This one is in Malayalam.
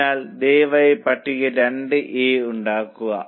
അതിനാൽ ദയവായി കോളം 2 എ ഉണ്ടാക്കുക